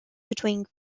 between